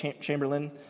Chamberlain